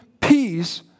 peace